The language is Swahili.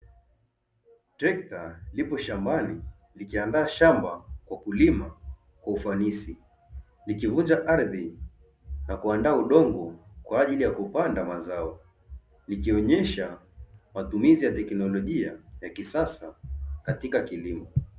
Trekta lipo shambani likiandaa shamba kwa kulima kwa ufanisi, likivunja ardhi na kuandaa udongo kwa ajili ya kupanda mazao ikionyesha matumizi ya teknolojia ya kisasa katika kilimo.